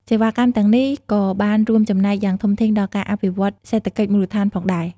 សេវាកម្មទាំងនេះក៏បានរួមចំណែកយ៉ាងធំធេងដល់ការអភិវឌ្ឍន៍សេដ្ឋកិច្ចមូលដ្ឋានផងដែរ។